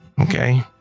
Okay